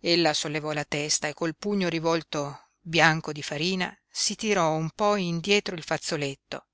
telegramma ella sollevò la testa e col pugno rivolto bianco di farina si tirò un po indietro il fazzoletto